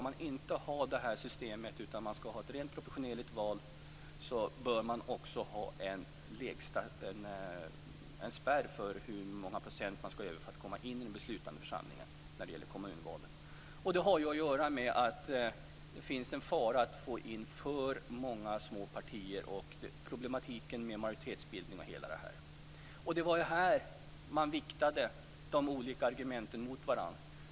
Ett av argumenten har varit att om man skall ha ett rent proportionerligt val bör man också ha en spärr för hur många procent av rösterna ett parti behöver för att väljas in i beslutande kommunala församlingar. Det har att göra med att det finns en fara för att få in för många små partier och att det blir problem med majoritetsbildning. Det var här som man viktade de olika skälen mot varandra.